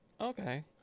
Okay